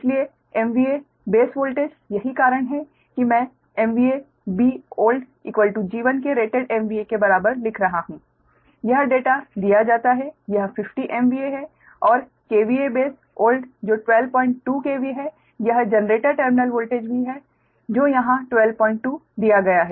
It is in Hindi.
इसलिए MVA बेस वोल्ट यही कारण है कि मैं Bold G1 के रेटेड MVA के बराबर लिख रहा हूं यह डेटा दिया जाता है यह 50 MVA है और KVA बेस ओल्ड जो 122 KV है यह जनरेटर टर्मिनल वोल्टेज भी है जो यहां 122 दिया गया है